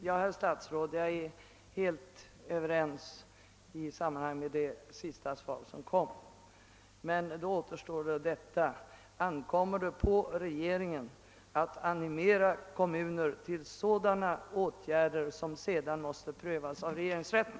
Herr talman! Efter det sista svar jag fick är jag helt överens med herr statsrådet. Men då återstår frågan: Ankommer det på regeringen att animera kommuner till sådana åtgärder som sedan måste prövas av regeringsrätten?